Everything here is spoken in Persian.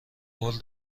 قول